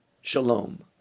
Shalom